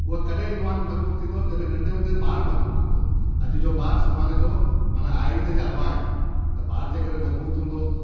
उहो कॾहिं यूवा मज़बूत थींदो जॾहिं नंढे हूंदे ॿारु मज़बूत थींदो अॼु जो ॿारु सुभाणे जो माना आईंदह जा अबा आहिनि त ॿारु जेकर मज़बूत हूंदो